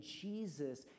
...Jesus